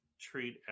treat